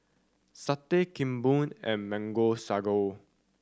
satay Kuih Bom and Mango Sago